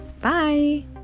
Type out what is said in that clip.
Bye